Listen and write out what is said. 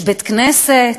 יש בית-כנסת,